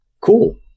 cool